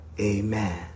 amen